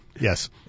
yes